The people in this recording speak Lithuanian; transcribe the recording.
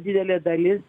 didelė dalis